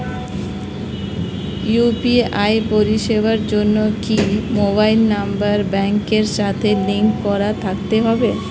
UPI পরিষেবার জন্য কি মোবাইল নাম্বার ব্যাংকের সাথে লিংক করা থাকতে হবে?